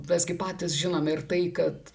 mes gi patys žinome ir tai kad